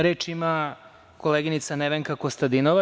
Reč ima koleginica Nevenka Kostadinova.